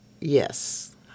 Yes